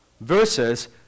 versus